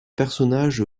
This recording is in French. personnage